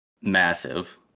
massive